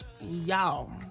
y'all